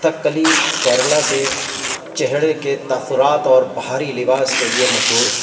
تکلی کیرلا سے چہرے کے تاثرات اور بھاری لباس کے لیے مشہور ہے